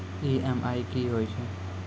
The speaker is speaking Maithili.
ई.एम.आई कि होय छै?